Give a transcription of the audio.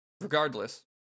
regardless